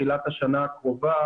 תחילת השנה הקרובה.